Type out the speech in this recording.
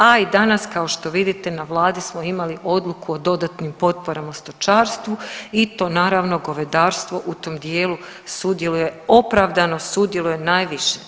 A i danas kao što vidite na vladi smo imali odluku o dodatnim potporama stočarstvu i to naravno govedarstvo u tom dijelu sudjeluje opravdano, sudjeluje najviše.